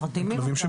אלה כלבים שמורדמים.